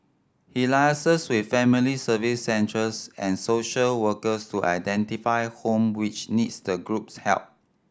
he liaises with family Service Centres and social workers to identify home which needs the group's help